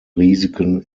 risiken